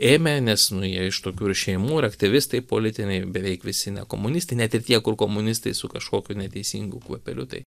ėmė nes nu jie iš tokių ir šeimų ir aktyvistai politiniai beveik visi ne komunistai net ir tie kur komunistai su kažkokiu neteisingu kvapeliu tai